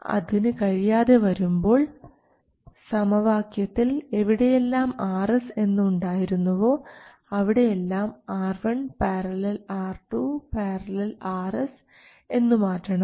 അതിന് കഴിയാതെ വരുമ്പോൾ സമവാക്യത്തിൽ എവിടെയെല്ലാം Rs എന്ന് ഉണ്ടായിരുന്നുവോ അവിടെ എല്ലാം R1 || R2 || Rs എന്നു മാറ്റണം